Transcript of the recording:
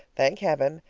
thank heaven!